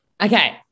Okay